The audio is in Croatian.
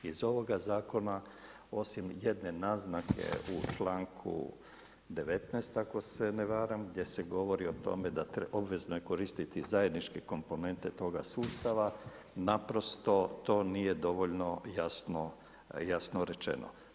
Iz ovoga Zakona osim jedne naznake u čl. 19., ako se ne varam, gdje se govori o tome da obvezno je koristiti zajedničke komponente toga sustava naprosto to nije dovoljno jasno rečeno.